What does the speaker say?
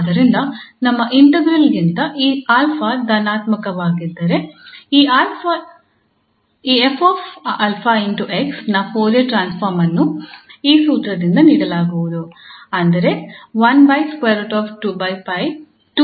ಆದ್ದರಿಂದ ನಮ್ಮ ಇಂಟಿಗ್ರಾಲ್ ಗಿಂತ ಈ 𝑎 ಧನಾತ್ಮಕವಾಗಿದ್ದರೆ ಈ 𝑓 𝑎𝑥 ನ ಫೋರಿಯರ್ ಟ್ರಾನ್ಸ್ಫಾರ್ಮ್ ಅನ್ನು ಈ ಸೂತ್ರದಿಂದ ನೀಡಲಾಗುವುದು